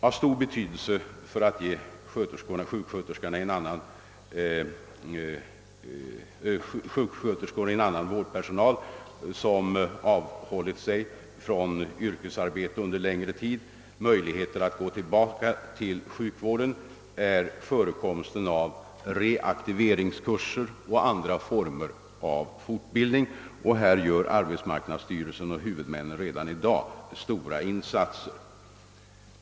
Av stor betydelse för att ge sjuksköterskor och annan vårdpersonal, som avhållit sig från yrkesarbete under en längre tid, möjligheter att gå tillbaka till sjukvården är förekomsten av reaktiveringskurser och andra former av fortbildning. Här gör arbetsmarknads styrelsen och huvudmännen redan i dag stora insatser.